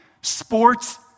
Sports